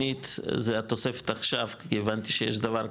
שנית, זה התוספת עכשיו, הבנתי שיש דבר כזה,